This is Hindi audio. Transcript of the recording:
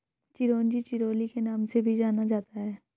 चिरोंजी चिरोली के नाम से भी जाना जाता है